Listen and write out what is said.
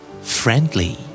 Friendly